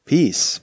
Peace